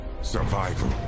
Survival